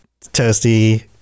toasty